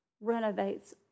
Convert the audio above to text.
renovates